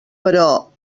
però